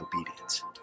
obedience